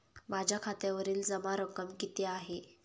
माझ्या खात्यावरील जमा रक्कम किती आहे?